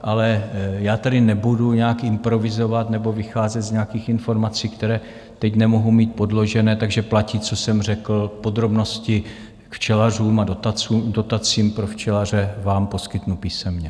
Ale já tady nebudu nějak improvizovat nebo vycházet z nějakých informací, které teď nemohu mít podložené, takže platí, co jsem řekl, podrobnosti k včelařům a dotacím pro včelaře vám poskytnu písemně.